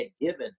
given